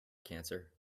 cancer